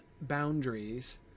boundaries